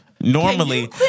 Normally